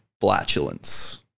flatulence